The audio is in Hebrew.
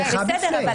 בסדר,